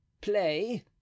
play